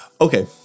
Okay